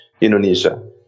Indonesia